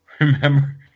Remember